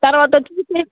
తర్వాత వచ్చేసి